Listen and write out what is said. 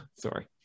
Sorry